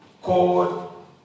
called